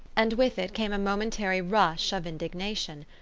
and with it came a momentary rush of indignation.